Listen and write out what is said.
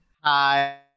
Hi